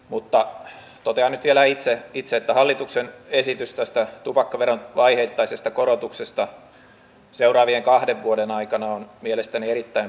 mutta totean nyt vielä itse että hallituksen esitys tästä tupakkaveron vaiheittaisesta korotuksesta seuraavien kahden vuoden aikana on mielestäni erittäin perusteltu